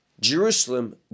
jerusalem